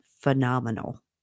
phenomenal